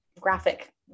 graphic